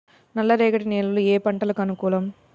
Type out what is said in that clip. నల్లరేగడి నేలలు ఏ పంటలకు అనుకూలం?